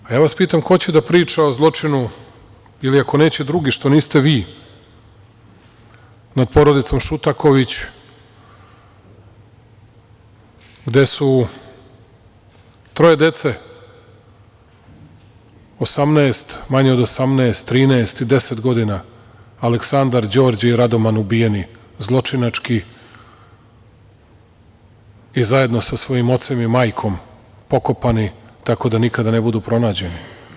A, ja vas pitam, ko će da priča o zločinu ili ako neće drugi, što niste vi, nad porodicom Šutaković, gde su troje dece, 18, manje od 18, 13 i 10 godina, Aleksandar, Đorđe i Radoman ubijeni, zločinački i zajedno sa svojim ocem i majkom pokopani, tako da nikada ne budu pronađeni.